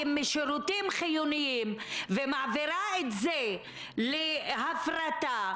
משירותים חיוניים ומעבירה את זה להפרטה,